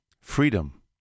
freedom